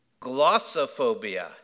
Glossophobia